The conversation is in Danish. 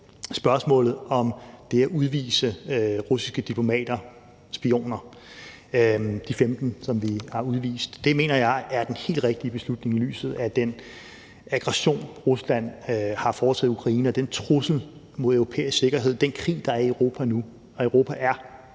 spørgsmålet om det at udvise russiske diplomater, spioner, altså de 15, som vi har udvist: Det mener jeg er den helt rigtige beslutning i lyset af den aggression, Rusland har foretaget i Ukraine, og den trussel mod europæisk sikkerhed, den krig, der er i Europa nu – og Europa er